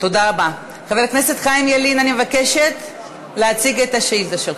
חבר הכנסת חיים ילין, אני מבקשת להציג את השאילתה.